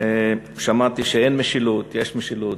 שמעתי שאין משילות, יש משילות.